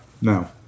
no